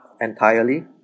entirely